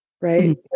right